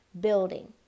building